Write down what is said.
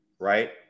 right